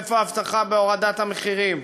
איפה ההבטחה בהורדת המחירים?